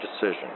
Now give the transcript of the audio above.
decision